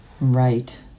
Right